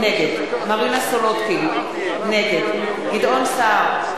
נגד מרינה סולודקין, נגד גדעון סער,